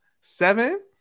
seven